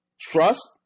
TRUST